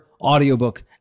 audiobook